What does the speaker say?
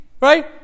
right